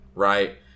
right